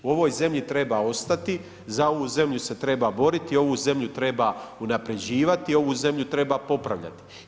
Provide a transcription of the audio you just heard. U ovoj zemlji treba ostati, za ovu zemlju se treba boriti, ovu zemlju treba unapređivati, ovu zemlju treba popravljati.